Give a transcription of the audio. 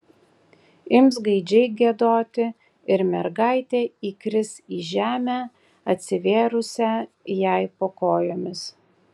ims gaidžiai giedoti ir mergaitė įkris į žemę atsivėrusią jai po kojomis